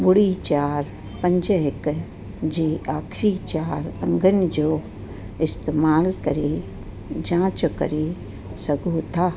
ॿुड़ी चारि पंज हिक जी आखिरी चारि अंगन जो इस्तेमाल करे जांच करे सघो था